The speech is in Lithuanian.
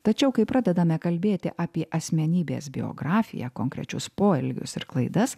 tačiau kai pradedame kalbėti apie asmenybės biografiją konkrečius poelgius ir klaidas